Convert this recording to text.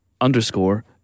underscore